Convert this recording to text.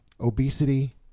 obesity